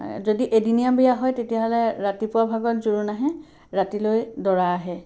যদি এদিনীয়া বিয়া হয় তেতিয়াহ'লে ৰাতিপুৱা ভাগত জোৰোণ আহে ৰাতিলৈ দৰা আহে